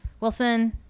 Wilson